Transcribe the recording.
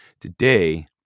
today